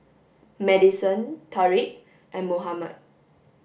Madisen Tariq and Mohammad